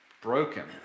broken